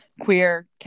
queer